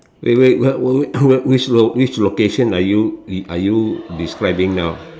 wait wait wait wait wait which lo~ which location are you are you describing now